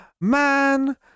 man